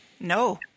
No